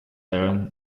éireann